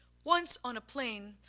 once on a plane,